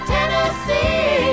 Tennessee